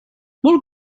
molt